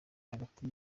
hagati